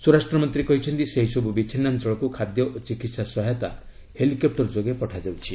ସ୍ୱରାଷ୍ଟ୍ର ମନ୍ତ୍ରୀ କହିଛନ୍ତି ସେହିସବୁ ବିଚ୍ଛିନ୍ନାଞ୍ଚଳକୁ ଖାଦ୍ୟ ଓ ଚିକିତ୍ସା ସହାୟତା ହେଲିପକ୍ର ଯୋଗେ ପଠାଯାଉଛି